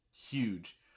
Huge